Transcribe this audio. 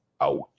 out